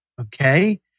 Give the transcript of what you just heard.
okay